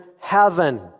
heaven